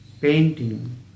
Painting